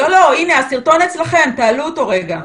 לא, הסרטון אצלכם, תעלו אותו רגע.